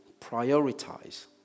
prioritize